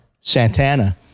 Santana